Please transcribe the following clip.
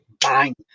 bang